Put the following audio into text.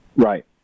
Right